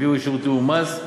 הביאו אישור תיאום מס.